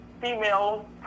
female